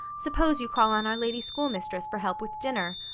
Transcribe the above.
suppose you call on our lady school-mistress for help with dinner.